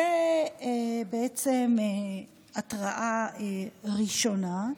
זאת התראה ראשונה.